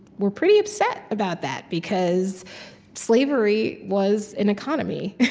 were pretty upset about that, because slavery was an economy.